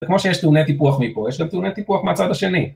וכמו שיש טעוני טיפוח מפה, יש גם טעוני טיפוח מהצד השני.